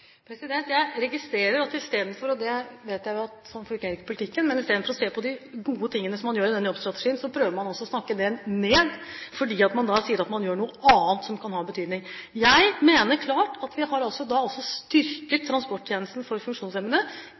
Jeg registrerer at istedenfor å se på de gode tingene som man gjør i den jobbstrategien – og det vet jeg jo, at sånn fungerer ikke politikken – prøver man altså å snakke den ned, for man sier at man vil gjøre noe annet som kan ha en betydning. Jeg mener klart at vi også har styrket transporttjenesten for funksjonshemmede i dette budsjettet, nettopp for